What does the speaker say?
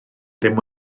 ddim